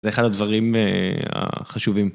זה אחד הדברים החשובים.